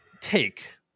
take